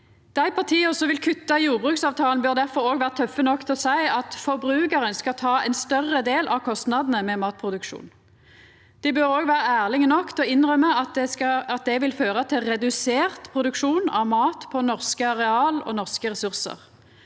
Dei partia som vil kutta i jordbruksavtalen, bør difor òg vera tøffe nok til å seia at forbrukaren skal ta ein større del av kostnadene ved matproduksjon. Dei bør òg vera ærlege nok til å innrømma at det vil føra til redusert produksjon av mat på norske areal og av norske ressursar.